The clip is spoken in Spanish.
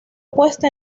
puesta